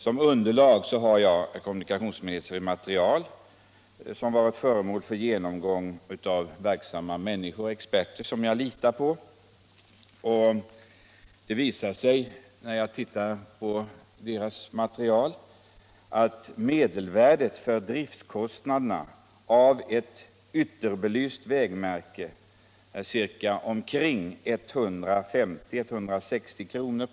Som underlag för min fråga har jag ett material som har varit föremål för genomgång av experter som jag litar på. Det visar sig, när jag tittar på deras material, att medelvärdet för driftkostnaderna av ett ytterbelyst vägmärke är omkring 150-160 kr.